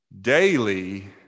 Daily